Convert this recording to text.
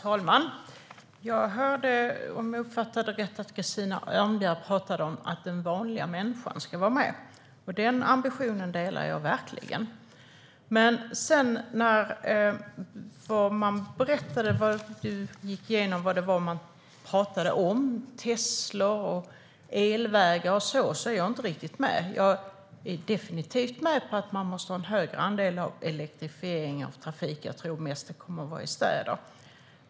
Herr talman! Om jag uppfattade rätt talade Christina Örnebjär om att den vanliga människan ska vara med. Den ambitionen delar jag verkligen. Sedan gick hon igenom vad man pratade om. Det handlade om Teslabilar och elvägar och sådant. Då är jag inte riktigt med. Jag är definitivt med om att man måste ha en högre andel elektrifierad trafik. Jag tror mest att det kommer att vara i städer.